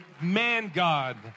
man-God